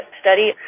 study